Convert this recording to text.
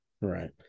right